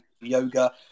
yoga